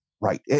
Right